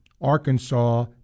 Arkansas